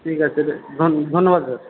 ঠিক আছে ধন্যবাদ দাদা